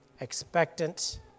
expectant